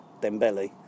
Dembele